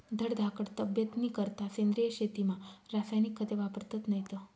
धडधाकट तब्येतनीकरता सेंद्रिय शेतीमा रासायनिक खते वापरतत नैत